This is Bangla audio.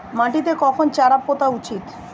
মাটিতে কখন চারা পোতা উচিৎ?